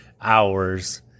hours